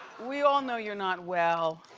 we all know you're not well.